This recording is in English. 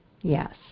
Yes